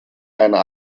einer